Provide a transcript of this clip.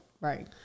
right